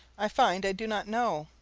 i find i do not know,